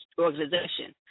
organization